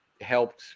helped